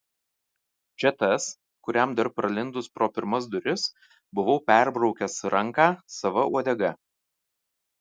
čia tas kuriam dar pralindus pro pirmas duris buvau perbraukęs ranką sava uodega